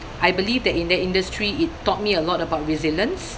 I believe that in that industry it taught me a lot about resilience